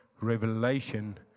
revelation